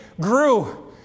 grew